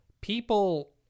people